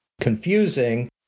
confusing